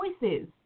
choices